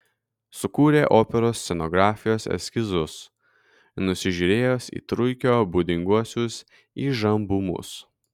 sukūrė operos scenografijos eskizus nusižiūrėjęs į truikio būdinguosius įžambumus